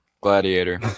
Gladiator